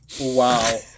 Wow